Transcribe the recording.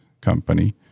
company